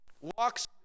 walks